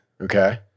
Okay